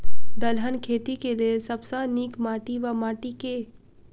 दलहन खेती केँ लेल सब सऽ नीक माटि वा माटि केँ?